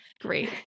great